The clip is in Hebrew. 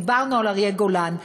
דיברנו על אריה גולן,